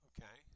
Okay